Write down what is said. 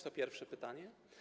To pierwsze pytanie.